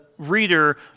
reader